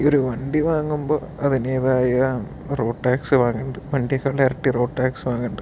ഈ ഒരു വണ്ടി വാങ്ങുമ്പോൾ അതിൻ്റെതായ റോഡ് ടാക്സ് വാങ്ങണുണ്ട് അതിൻ്റെ ഇരട്ടി റോഡ് ടാക്സ് വാങ്ങണുണ്ട്